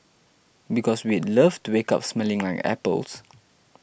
because we'd love to wake up smelling like apples